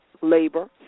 labor